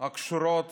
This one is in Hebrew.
הקשורות